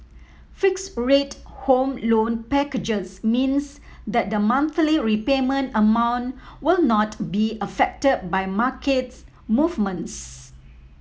fixed rate Home Loan packages means that the monthly repayment amount will not be affected by market movements